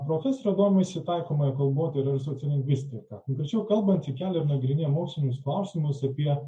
profesorė domisi taikomąja kalbotyra ir sociolingvistika tačiau kalbant ji kelia ir nagrinėja mokslinius klausimus apie